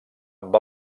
amb